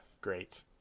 great